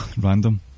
Random